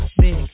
Big